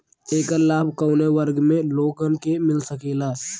ऐकर लाभ काउने वर्ग के लोगन के मिल सकेला?